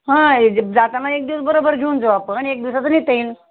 हां जाताना एक दिवस बरोबर घेऊन जाऊ आपण एक दिवसाचं नेता येईन